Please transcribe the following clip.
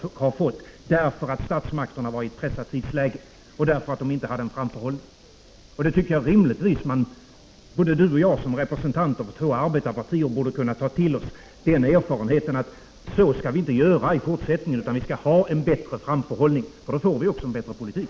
Dessa fördelar har Volvo fått på grund av att statsmakterna befann sig i ett pressat tidsläge och på grund av att de inte hade någon framförhållning. Jag tycker att både Lennart Nilsson och jag, som representanter för två arbetarpartier, rimligtvis borde kunna ta till oss den erfarenheten att vi inte skall göra på det sättet i fortsättningen utan vi skall ha en bättre framförhållning. Då får vi en bättre politik.